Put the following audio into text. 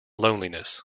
loneliness